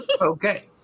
Okay